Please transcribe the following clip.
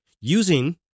using